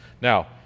Now